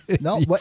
no